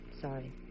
sorry